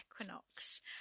equinox